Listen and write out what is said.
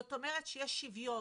זאת אומרת, שיש שוויון,